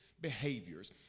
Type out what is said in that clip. behaviors